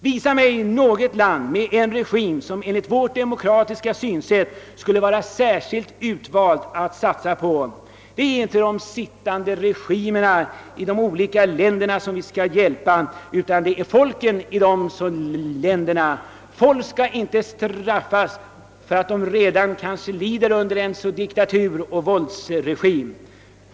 Visa mig något land med en regim, som enligt vårt demokratiska synsätt skulle vara särskilt lämpligt att satsa på! Det är inte de sittande regimerna, utan folken i de aktuella länderna som : skall hjälpas. Folk skall inte straffas för att de kanske redan lider under en våldsoch diktaturregim.